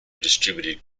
distributed